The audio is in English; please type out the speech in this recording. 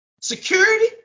security